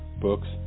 books